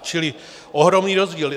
Čili ohromný rozdíl.